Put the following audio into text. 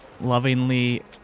lovingly